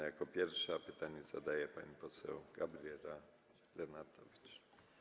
Jako pierwsza pytanie zadaje pani poseł Gabriela Lenartowicz.